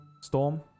storm